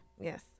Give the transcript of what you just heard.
Yes